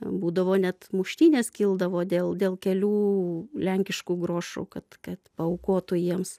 būdavo net muštynės kildavo dėl dėl kelių lenkiškų grošų kad kad aukotų jiems